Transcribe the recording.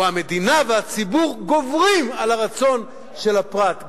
או המדינה והציבור גוברים על הרצון של הפרט,